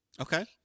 Okay